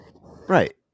right